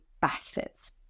bastards